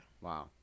Wow